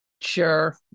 Sure